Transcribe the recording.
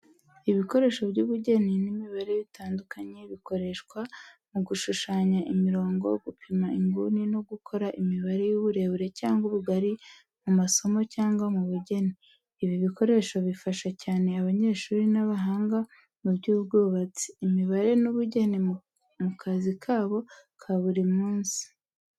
Ibikoresho by’ubugeni n’imibare bitandukanye bikoreshwa mu gushushanya imirongo, gupima inguni no gukora imibare y’uburebure cyangwa ubugari mu masomo cyangwa mu bugeni. Ibi bikoresho bifasha cyane abanyeshuri n’abahanga mu by’ubwubatsi, imibare n’ubugeni mu kazi kabo ka buri munsi.